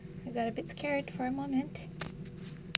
I got a bit scared for a moment